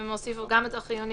הם הוסיפו גם את החיוני,